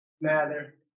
Mather